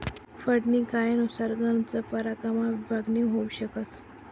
फंडनी कायनुसार गनच परकारमा विभागणी होउ शकस